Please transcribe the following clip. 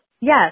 Yes